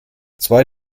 zwei